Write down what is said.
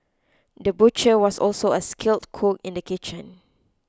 the butcher was also a skilled cook in the kitchen